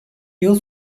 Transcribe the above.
yıl